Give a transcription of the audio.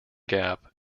gap